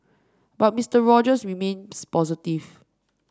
but Mister Rogers remains positive